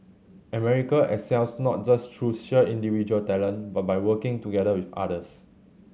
Aamerica excels not just through sheer individual talent but by working together with others